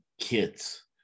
kits